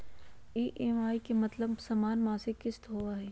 EMI के मतलब समान मासिक किस्त होहई?